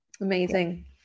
Amazing